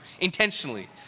intentionally